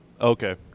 Okay